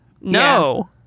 No